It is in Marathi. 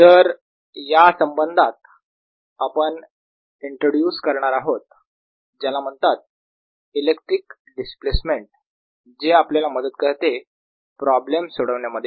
तर या संबंधात आपण इंट्रोड्यूस करणार आहोत ज्याला म्हणतात इलेक्ट्रिक डिस्प्लेसमेंट जे आपल्याला मदत करते प्रॉब्लेम सोडवण्यामध्ये